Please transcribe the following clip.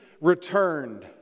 returned